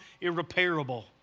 irreparable